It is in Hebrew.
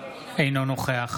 אינו נוכח